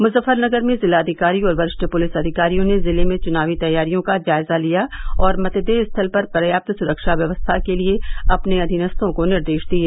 मुजफ्फरगनर में जिलाधिकारी और वरिष्ठ पुलिस अधिकारियों ने जिले में चुनावी तैयारियों का जायजा लिया और मतदेय स्थलों पर पर्याप्त सुरक्षा व्यवस्था के लिए अपने अधीनस्थों को निर्देश दिये